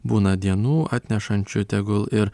būna dienų atnešančių tegul ir